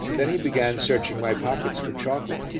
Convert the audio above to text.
then he began searching my pockets for chocolate,